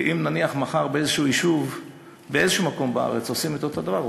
כי אם נניח מחר באיזשהו יישוב באיזשהו מקום בארץ עושים את אותו הדבר,